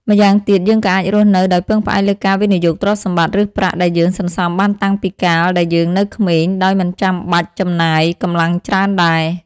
ម្យ៉ាងទៀត យើងក៏អាចរស់នៅដោយពឹងផ្អែកលើការវិនិយោគទ្រព្យសម្បត្តិឬប្រាក់ដែលយើងសន្សំបានតាំងពីកាលដែលយើងនៅក្មេង ដោយមិនបាច់ចំណាយកម្លាំងច្រើនដែរ។